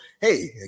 Hey